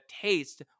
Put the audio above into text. taste